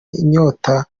inyota